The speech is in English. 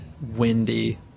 windy